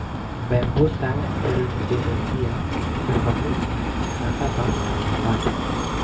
Bambusa एरुण्डीनेसीया के हमनी इन्हा कांटा बांस कहाला